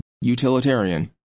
utilitarian